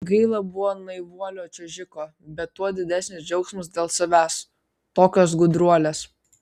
gaila buvo naivuolio čiuožiko bet tuo didesnis džiaugsmas dėl savęs tokios gudruolės